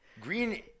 Green